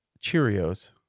Cheerios